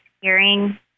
hearing